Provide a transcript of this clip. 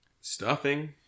stuffing